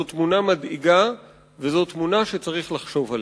זו תמונה מדאיגה וזו תמונה שצריך לחשוב עליה.